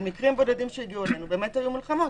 אבל במקרים בודדים שהגיעו אלינו היו מלחמות.